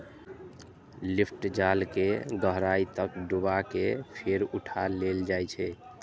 lift जाल कें गहराइ तक डुबा कें फेर उठा लेल जाइ छै